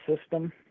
system